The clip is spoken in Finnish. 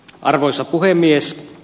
arvoisa puhemies